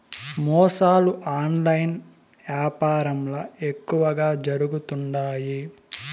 మోసాలు ఆన్లైన్ యాపారంల ఎక్కువగా జరుగుతుండాయి